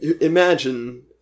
Imagine